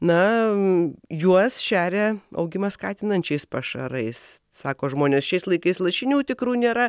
na juos šeria augimą skatinančiais pašarais sako žmonės šiais laikais lašinių tikrų nėra